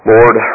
Lord